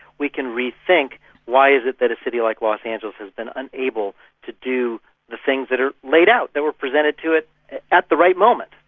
we can rethink why is it that a city like los angeles has been unable to do the things that are laid out, that were presented to it at the right moment.